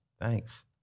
Thanks